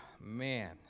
Man